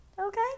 okay